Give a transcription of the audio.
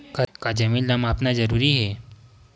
का जमीन ला मापना जरूरी हे?